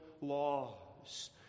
laws